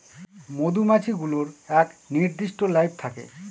মধুমাছি গুলোর এক নির্দিষ্ট লাইফ থাকে